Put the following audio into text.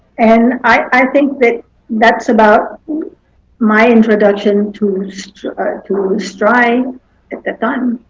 and i think that that's about my introduction to stri to stri at the time.